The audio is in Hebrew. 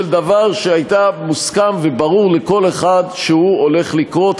דבר שהיה מוסכם וברור לכל אחד שהוא הולך לקרות,